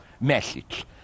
message